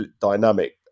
dynamic